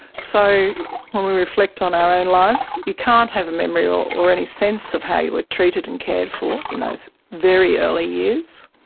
so when we reflect on our own lives, you can't have a memory or or any sense of how you were treated or cared for in those very early years,